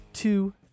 Two